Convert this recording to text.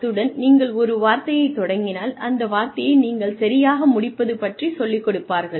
அத்துடன் நீங்கள் ஒரு வார்த்தையைத் தொடங்கினால் அந்த வார்த்தையை நீங்கள் சரியாக முடிப்பது பற்றி சொல்லிக் கொடுப்பார்கள்